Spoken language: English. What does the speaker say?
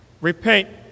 repent